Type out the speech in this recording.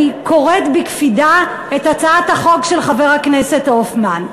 אני קוראת בקפידה את הצעת החוק של חבר הכנסת הופמן: